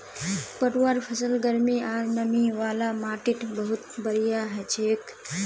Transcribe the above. पटवार फसल गर्मी आर नमी वाला माटीत बहुत बढ़िया हछेक